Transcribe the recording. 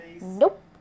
Nope